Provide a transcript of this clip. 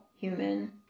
human